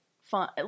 fun